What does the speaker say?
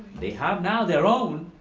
they have now their own,